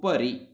उपरि